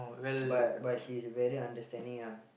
but but he's very understanding ah